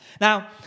Now